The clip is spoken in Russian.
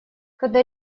когда